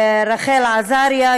רחל עזריה,